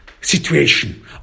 situation